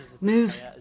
moves